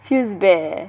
feels bad eh